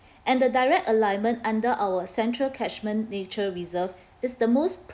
and the direct alignment under our central catchment nature reserve is the most